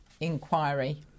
inquiry